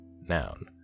Noun